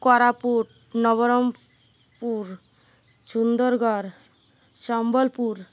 Koraput Nabarangpur Sundargarh Sambalpur